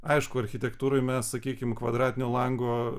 aišku architektūroj mes sakykim kvadratinio lango